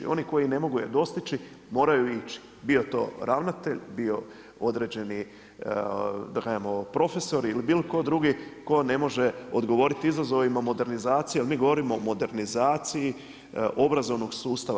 Oni koji je ne mogu dostići moraju ići, bio to ravnatelj, bio određeni da kažemo profesor ili bilo tko drugi tko ne može odgovoriti izazovima modernizacije jer mi govorimo o modernizaciji obrazovnog sustava.